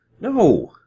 No